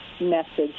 message